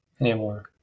anymore